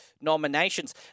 nominations